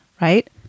right